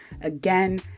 Again